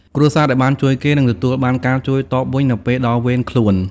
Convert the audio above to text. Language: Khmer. គ្រួសារដែលបានជួយគេ នឹងទទួលបានការជួយតបវិញនៅពេលដល់វេនខ្លួន។